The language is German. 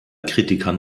kritikern